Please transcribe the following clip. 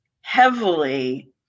heavily